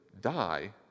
die